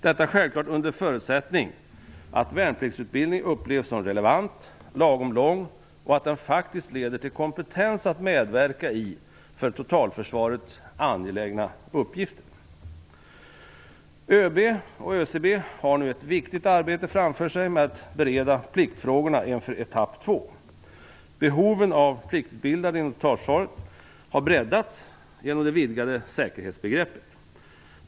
Detta självklart under förutsättning att värnpliktsutbildningen upplevs som relevant, lagom lång och att den faktiskt leder till kompetens att medverka i för totalförsvaret angelägna uppgifter. ÖB och ÖCB har nu ett viktigt arbete framför sig med att bereda pliktfrågorna inför etapp 2. Behoven av pliktutbildade inom totalförsvaret har breddats genom det vidgade säkerhetsbegreppet.